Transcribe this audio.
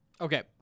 Okay